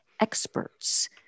experts